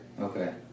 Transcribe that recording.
Okay